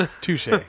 Touche